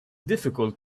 difficult